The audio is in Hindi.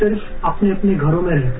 सिर्फ अपने अपने घरों में रहकर